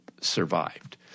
survived